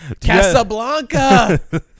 Casablanca